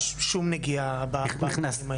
אין שום נגיעה בהיבטים האלה.